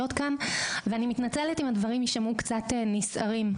כאן ואני מתנצלת אם הדברים יישמעו קצת נסערים.